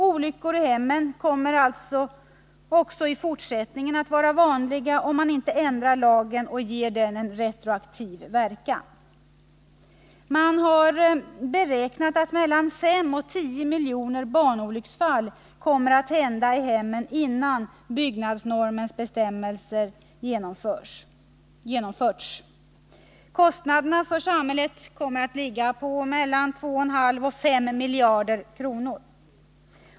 Olyckor i hemmen kommer alltså även i fortsättningen att vara vanliga, om man inte ändrar lagen och ger den en retroaktiv verkan. Man har beräknat att mellan 5 och 10 miljoner barnolycksfall kommer att hända i hemmen, innan byggnormens bestämmelser genomförts. Kostnaderna för samhället kommer att ligga på 2,5-5 miljarder kronor.